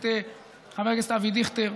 את חבר הכנסת אבי דיכטר,